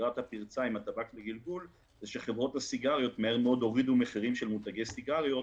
זה שחברות הסיגריות הורידו מהר מאוד מחירים על מותגי סיגריות.